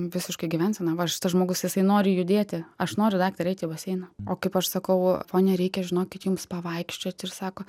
visiškai gyvensena va šitas žmogus jisai nori judėti aš noriu daktare eit į baseiną o kaip aš sakau ponia reikia žinokit jums pavaikščioti ir sako